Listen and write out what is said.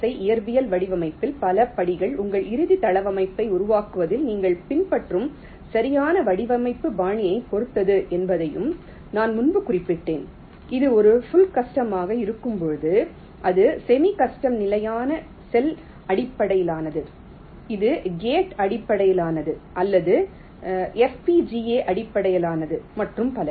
ஐ இயற்பியல் வடிவமைப்பில் பல படிகள் உங்கள் இறுதி தளவமைப்பை உருவாக்குவதில் நீங்கள் பின்பற்றும் சரியான வடிவமைப்பு பாணியைப் பொறுத்தது என்பதையும் நான் முன்பு குறிப்பிட்டேன் இது ஒரு புள் கஸ்டம் மாக இருக்கும்போது அது செமி கஸ்டம் நிலையான செல் அடிப்படையிலானது இது கேட் அடிப்படையிலானது அல்லது FPGA அடிப்படையிலானது மற்றும் பல